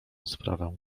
sprawę